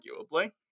arguably